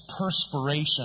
perspiration